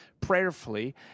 prayerfully